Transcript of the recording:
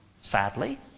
sadly